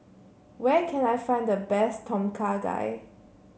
where can I find the best Tom Kha Gai